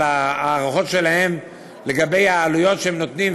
ההערכות שלהם לגבי העלויות שהם נותנים,